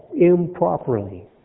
improperly